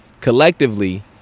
Collectively